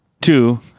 Two